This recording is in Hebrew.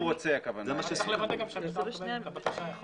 צריך גם לוודא שהמשטרה מקבלת את הבקשה.